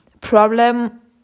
problem